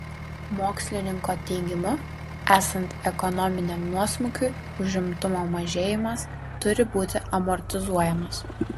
mokslininko teigimu esant ekonominiam nuosmukiui užimtumo mažėjimas turi būti amortizuojamas